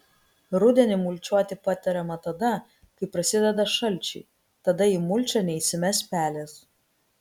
rudenį mulčiuoti patariama tada kai prasideda šalčiai tada į mulčią neįsimes pelės